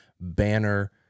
banner